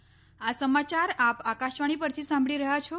corona appeal આ સમાચાર આપ આકાશવાણી પરથી સાંભળી રહ્યા છો